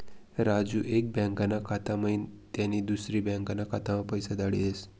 राजू एक बँकाना खाता म्हाईन त्यानी दुसरी बँकाना खाताम्हा पैसा धाडी देस